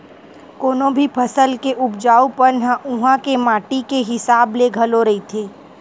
कोनो भी फसल के उपजाउ पन ह उहाँ के माटी के हिसाब ले घलो रहिथे